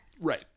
Right